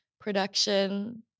production